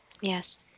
Yes